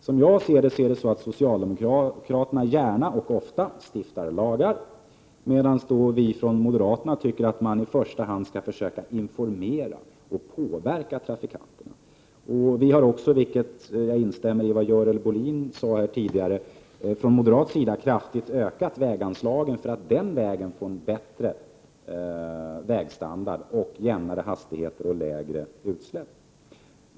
Som jag ser det vill socialdemokraterna gärna och ofta stifta lagar, medan moderaterna anser att man i första hand skall informera och påverka trafikanterna. Jag instämmer också i det som Görel Bohlin sade tidigare. Från moderat sida har vi velat kraftigt öka väganslagen för att på det sättet få bättre vägstandard, vilket kan leda till jämnare hastighet och minskade utsläpp.